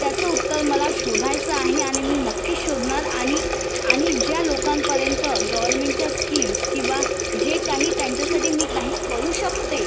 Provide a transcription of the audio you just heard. त्याचं उत्तर मला शोधायचं आहे आणि मी नक्की शोधणार आणि आणि ज्या लोकांपर्यंत गव्हर्मेंटच्या स्कीम्स किंवा जे काही त्यांच्यासाठी मी काही करू शकते